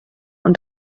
und